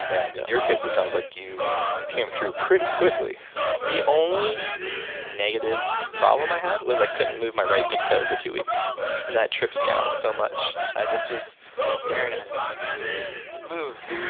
and in your case, it sounds like you you came through pretty quickly the only negative problem i had was i couldn't move my right big toe for two weeks and that tripped me out so much. i just was staring at it. i was like, move move.